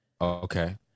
Okay